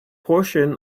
portion